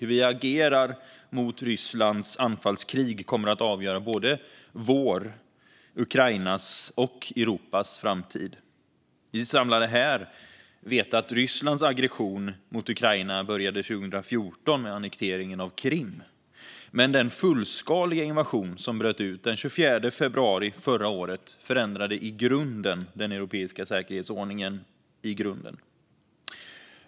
Hur vi agerar mot Rysslands anfallskrig kommer att avgöra såväl vår som Ukrainas och Europas framtid. Vi som är samlade här vet att Rysslands aggression mot Ukraina började 2014 med annekteringen av Krim, men den fullskaliga invasion som bröt ut den 24 februari förra året förändrade den europeiska säkerhetsordningen i grunden.